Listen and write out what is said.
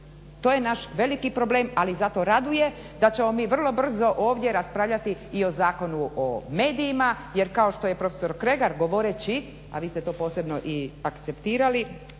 To je naš veliki problem. Ali zato raduje da ćemo mi vrlo brzo ovdje raspravljati i o Zakonu o medijima jer kao što je profesor Kregar govoreći, a vi ste to posebno i akceptirati